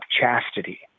chastity